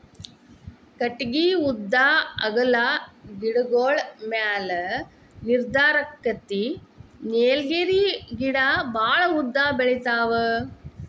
ಕಟಗಿ ಉದ್ದಾ ಅಗಲಾ ಗಿಡಗೋಳ ಮ್ಯಾಲ ನಿರ್ಧಾರಕ್ಕತಿ ನೇಲಗಿರಿ ಗಿಡಾ ಬಾಳ ಉದ್ದ ಬೆಳಿತಾವ